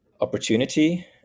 opportunity